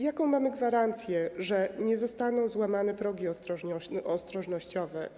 Jaką mamy gwarancję, że nie zostaną złamane progi ostrożnościowe?